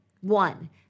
One